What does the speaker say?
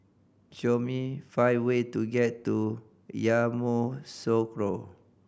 show me five way to get to Yamoussoukro